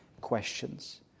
questions